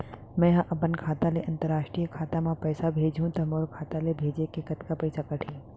मै ह अपन खाता ले, अंतरराष्ट्रीय खाता मा पइसा भेजहु त मोर खाता ले, भेजे के कतका पइसा कटही?